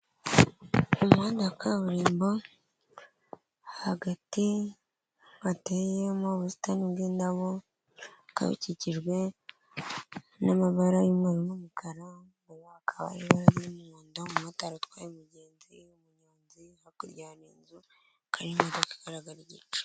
Umuhanda wa kaburimbo, hagati hateyemo ubusitani bw'indabo, bukaba bukikijwe n'amabara y'umweru n'umukara, akaba ibara ry'umuhondo, umumotari utwaye umugenzi, umunyonzi, hakurya hari inzu hakaba hari n'imodoka igaragara igice.